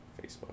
Facebook